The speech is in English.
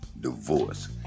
divorce